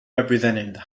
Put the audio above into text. represented